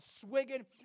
swigging